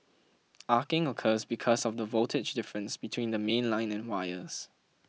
arcing occurs because of the voltage difference between the mainline and wires